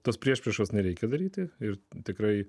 tos priešpriešos nereikia daryti ir tikrai